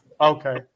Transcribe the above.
Okay